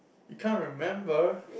you can't remember